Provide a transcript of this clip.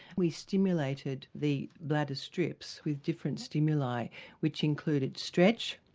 we stimulated the bladder strips with different stimuli which included stretch,